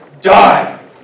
die